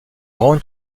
rentre